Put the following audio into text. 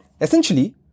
Essentially